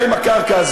ההסכם הזה?